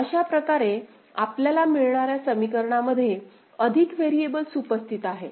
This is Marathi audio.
तर अशा प्रकारे आपल्याला मिळणाऱ्या समीकरणामध्ये अधिक व्हेरिएबल्स उपस्थित आहेत